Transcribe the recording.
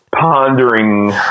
pondering